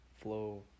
Flow